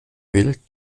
will